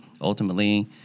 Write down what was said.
ultimately